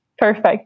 Perfect